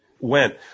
went